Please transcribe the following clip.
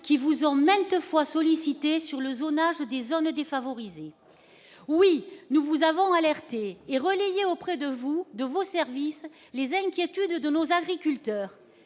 qui vous emmène tefois sollicité sur le zonage des zones défavorisées, oui, nous vous avons alerté et relayer auprès de vous, de vos services les inquiétudes de nos agriculteurs